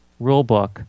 Rulebook